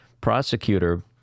prosecutor